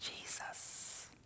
Jesus